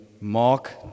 Mark